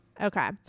Okay